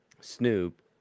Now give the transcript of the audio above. snoop